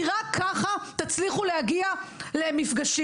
כי רק ככה תצליחו להגיע למפגשים,